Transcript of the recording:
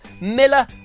Miller